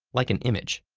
like an image.